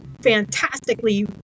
fantastically